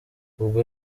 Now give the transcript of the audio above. ubwo